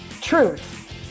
Truth